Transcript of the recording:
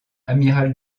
amiral